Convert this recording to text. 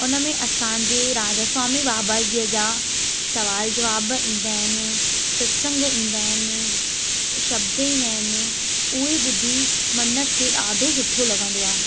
उन में असांजे राधा स्वामी बाबा जीअं जा सुवाल जवाब ईंदा आहिनि सतसंग ईंदा आहिनि शब्द ईंदा आहिनि उहे ॿुधी मन खे ॾाढो सुठो लॻंदो आहे